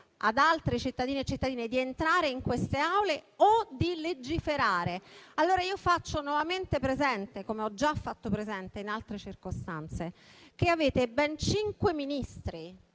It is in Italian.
ad altri cittadini e cittadine di entrare in queste Aule o di legiferare. Faccio allora nuovamente presente, come ho già fatto in altre circostanze, che avete ben cinque Ministri